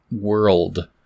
world